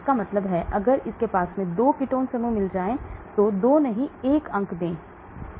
इसका मतलब है कि अगर इसे 2 कीटोन समूह मिल गए हैं तो 2 नहीं 1 अंक देते हैं